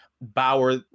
Bauer